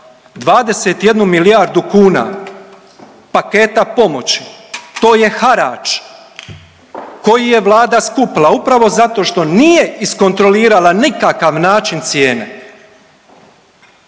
21 milijardu kuna paketa pomoći to je harač koji je Vlada skupila upravo zato što nije iskontrolirala nikakav način cijene.